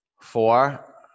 four